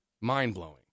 mind-blowing